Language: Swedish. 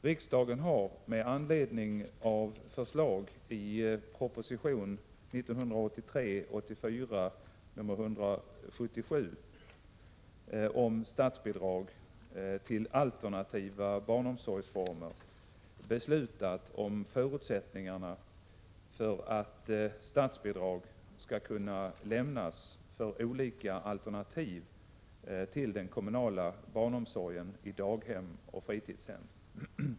Riksdagen har med anledning av förslag i propositionen om statsbidrag till alternativa barnomsorgsformer beslutat om förutsättningarna för att statsbidrag skall kunna lämnas för olika alternativ till den kommunala barnomsorgen i daghem och fritidshem.